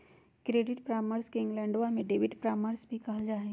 credit परामर्श के इंग्लैंडवा में डेबिट परामर्श भी कहा हई